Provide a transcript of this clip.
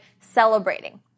celebrating